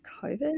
COVID